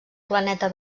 planeta